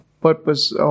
purpose